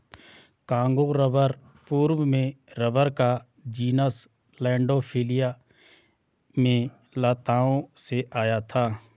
Congo rubber पूर्व में rubber का जीनस लैंडोल्फिया में लताओं से आया था